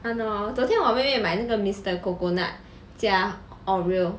!hannor! 昨天我妹妹买那个 mister coconut 加 oreo